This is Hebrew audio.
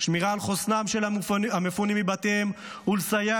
שמירה על חוסנם של המפונים מבתיהם וסיוע